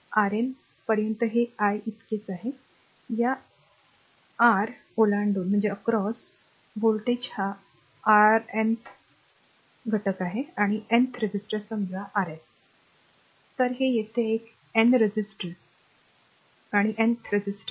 Rn पर्यंत हे i इतकेच आहे या r R ओलांडून व्होल्टेज हा Rnth r nth r घटक आहे किंवा nth रेझिस्टर समजा r Rn तर हे येथे आहे एक N रेझिस्टर आणि Nth रेझिस्टर